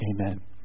Amen